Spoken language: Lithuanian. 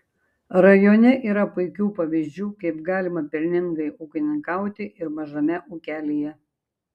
rajone yra puikių pavyzdžių kaip galima pelningai ūkininkauti ir mažame ūkelyje